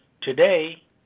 Today